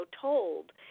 told